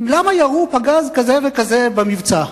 למה ירו פגז כזה וכזה במבצע?